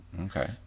Okay